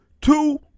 two